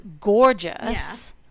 gorgeous